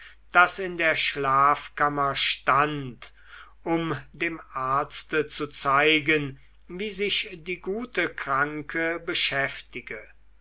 das in der schlafkammer stand um dem arzte zu zeigen wie sich die gute kranke beschäftige